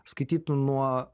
skaityt nuo